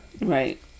Right